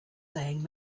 saying